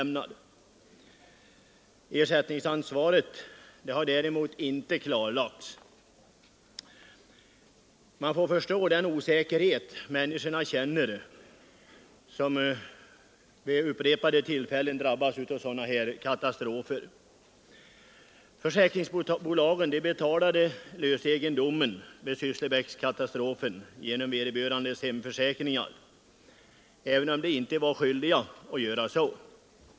Frågan om ersättningsansvar har däremot inte klarlagts. Man får förstå den osäkerhet människor känner som vid upprepade tillfällen drabbas av sådana här katastrofer. Försäkringsbolagen betalade lösegendomen vid Sysslebäckskatastrofen genom vederbörandes hemförsäkringar, även om de inte var skyldiga att göra så.